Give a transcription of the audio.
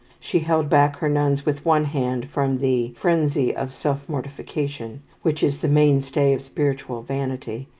she held back her nuns with one hand from the frenzy of self-mortification, which is the mainstay of spiritual vanity,